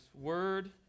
Word